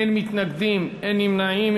אין מתנגדים, אין נמנעים.